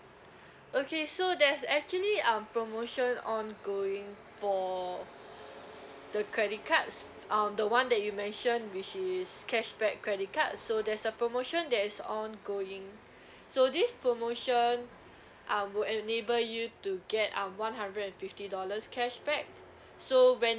okay so there's actually um promotion ongoing for the credit cards uh the one that you mentioned which is cashback credit card so there's a promotion that is ongoing so this promotion um would enable you to get uh one hundred and fifty dollars cashback so when you